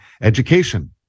education